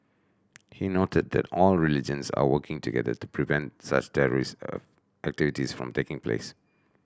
he noted that all religions are working together to prevent such terrorist a activities from taking place